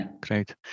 Great